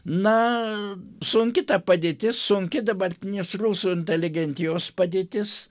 na sunki ta padėtis sunki dabartinės rusų inteligentijos padėtis